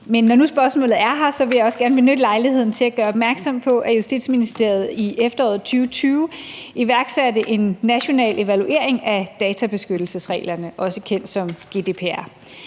nu spørgsmålet er her, vil jeg også gerne benytte lejligheden til at gøre opmærksom på, at Justitsministeriet i efteråret 2020 iværksatte en national evaluering af databeskyttelsesreglerne, også kendt som GDPR.